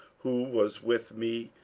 who was with me,